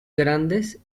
grandes